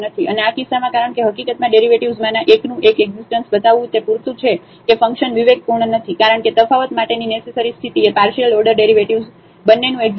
અને આ કિસ્સામાં કારણ કે હકીકતમાં ડેરિવેટિવ્ઝમાંના એકનું એક એકઝીસ્ટન્સ બતાવવું તે પૂરતું છે કે ફંકશન વિવેકપૂર્ણ નથી કારણ કે તફાવત માટેની નેસેસરી સ્થિતિ એ પાર્શિયલ ઓર્ડર ડેરિવેટિવ્ઝ બંનેનું એકઝીસ્ટન્સ છે